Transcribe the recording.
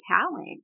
talent